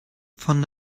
von